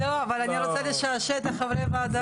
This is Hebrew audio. לא, אבל אני רוצה לשאול את חברי הוועדה.